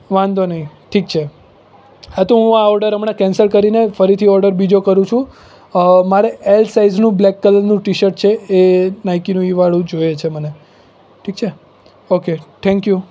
વાંધો નહીં ઠીક છે હા તો હું આ ઓર્ડર હમણાં કેન્સલ કરીને ફરીથી ઓર્ડર બીજો કરું છું મારે એલ સાઇઝનું બ્લેક કલરનું ટી શર્ટ છે એ નાઇકીનું એ વાળું જ જોઈએ છે મને ઠીક છે ઓકે થેન્ક યુ